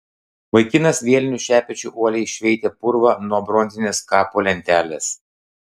vaikinas vieliniu šepečiu uoliai šveitė purvą nuo bronzinės kapo lentelės